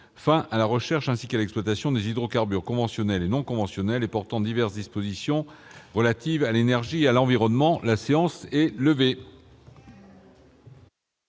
fin à la recherche ainsi qu'à l'exploitation des hydrocarbures conventionnels et non conventionnels et portant diverses dispositions relatives à l'énergie et à l'environnement (n° 21,